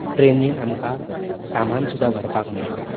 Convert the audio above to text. ट्रेनीन आमकां सामान सुद्दां व्हरपाक मेळटा